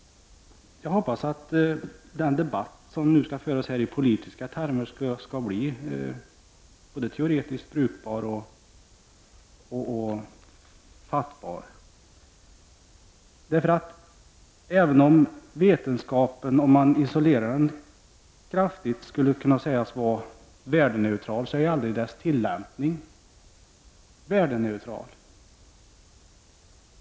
Jag hoppas att den debatt som nu skall föras i politiska termer skall bli teoretiskt både brukbar och fattbar. Även om vetenskapen, om man isolerar den kraftigt, skulle kunna sägas vara värdeneutral så är aldrig dess tillämpning värdeneutral.